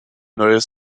neues